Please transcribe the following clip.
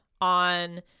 on